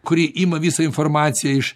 kuri ima visą informaciją iš